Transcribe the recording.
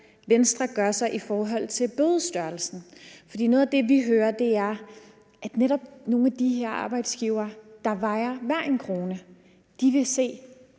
Venstre gør sig i forhold til bødestørrelsen. For noget af det, vi hører, er, at netop nogle af de her arbejdsgivere, der vejer hver en krone, vil se,